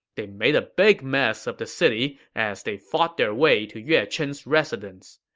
they made a big mess of the city as they fought their way to yue chen's residence.